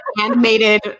animated